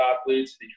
athletes